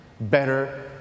better